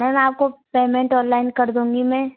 ma'am आपको payment online कर दूँगी मैं